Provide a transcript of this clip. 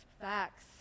Facts